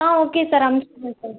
ஆ okay sir அமுச்சுடுறேன் sir